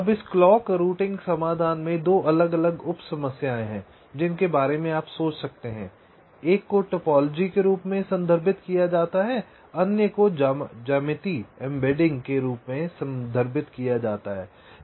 अब इस clock routing समाधान में 2 अलग अलग उप समस्याएं हैं जिनके बारे में आप सोच सकते हैं एक को टोपोलॉजी के रूप में संदर्भित किया जाता है अन्य को ज्यामितीय एम्बेडिंग के रूप में संदर्भित किया जाता है